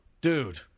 dude